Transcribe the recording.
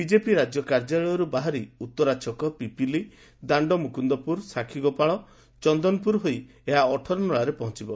ବି ରାଜ୍ୟ କାର୍ଯ୍ୟାଳୟରୁ ବାହାରି ଉତ୍ତରା ଛକ ପିପିଲି ଦାଣ୍ଡମୁକୁଦପୁର ସାକ୍ଷୀଗୋପାଳ ଚନ୍ଦନପୁର ହୋଇ ଅଠରନଳାରେ ପହଞ୍ଚବ